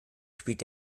spielt